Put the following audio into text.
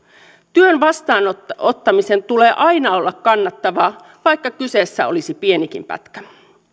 työn vastaanottamisen tulee aina olla kannattavaa vaikka kyseessä olisi pienikin pätkä